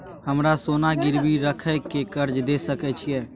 हमरा सोना गिरवी रखय के कर्ज दै सकै छिए?